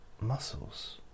muscles